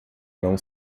não